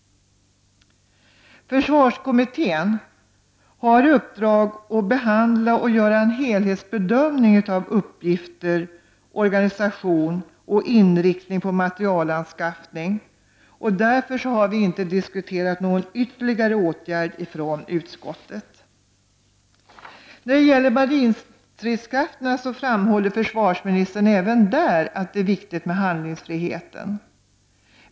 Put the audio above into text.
Försvarskommittén FK88 har i uppdrag att behandla och göra en helhetsbedömning av uppgifter, organisation och inriktning på materielanskaffning, och därför har vi inte diskuterat någon ytterligare åtgärd från utskottet. När det gäller marinstridskrafterna framhåller försvarsministern även där att det är viktigt med handlingsfriheten.